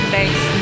Thanks